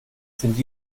sind